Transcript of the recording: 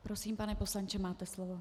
Prosím, pane poslanče, máte slovo.